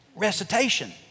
recitation